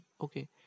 okay